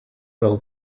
will